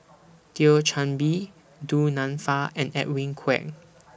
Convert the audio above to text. Thio Chan Bee Du Nanfa and Edwin Koek